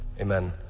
amen